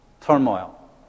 turmoil